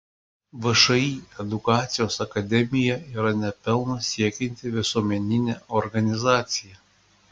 všį edukacijos akademija yra ne pelno siekianti visuomeninė organizacija